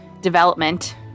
development